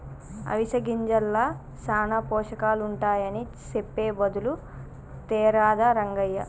అవిసె గింజల్ల సానా పోషకాలుంటాయని సెప్పె బదులు తేరాదా రంగయ్య